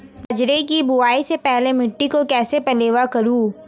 बाजरे की बुआई से पहले मिट्टी को कैसे पलेवा करूं?